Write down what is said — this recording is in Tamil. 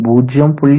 0